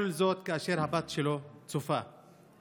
כל זאת כאשר הבת שלו בת השנתיים,